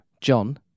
John